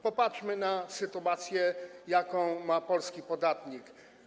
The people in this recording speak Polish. Popatrzmy na sytuację, jaką ma polski podatnik.